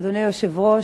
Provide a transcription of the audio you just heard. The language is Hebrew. אדוני היושב-ראש,